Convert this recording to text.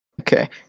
okay